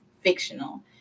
fictional